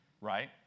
right